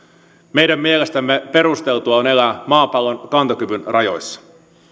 meidän mielestämme perusteltua on elää maapallon kantokyvyn rajoissa